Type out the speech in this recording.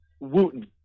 Wooten